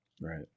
Right